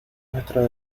nuestro